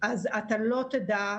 אז אתה לא תדע,